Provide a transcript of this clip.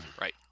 Right